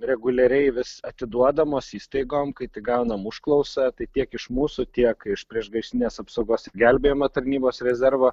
reguliariai vis atiduodamos įstaigom kai tik gaunam užklausą tai tiek iš mūsų tiek iš priešgaisrinės apsaugos ir gelbėjimo tarnybos rezervo